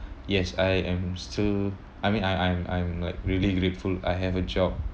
yes I am still I mean I I'm I'm like really grateful I have a job